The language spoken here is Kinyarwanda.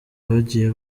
bagiye